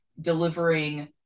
delivering